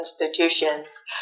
institutions